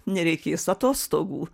nereikės atostogų